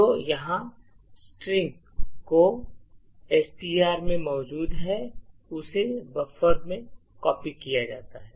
तो यहाँ स्ट्रिंग जो एसटीआर में मौजूद है उसे बफर में कॉपी किया जाता है